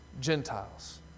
Gentiles